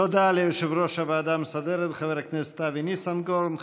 תודה ליושב-ראש הוועדה המסדרת חבר הכנסת אבי ניסנקורן.